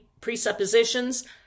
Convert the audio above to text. presuppositions